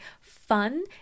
fun